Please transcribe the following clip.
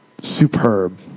superb